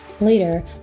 Later